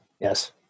Yes